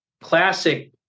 classic